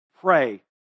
pray